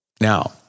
Now